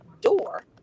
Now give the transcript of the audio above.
door